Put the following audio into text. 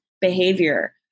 behavior